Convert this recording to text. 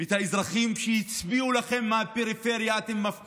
ואת האזרחים מהפריפריה, שהצביעו לכם, אתם מפקירים.